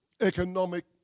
economic